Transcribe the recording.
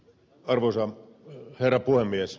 arvoisa herra puhemies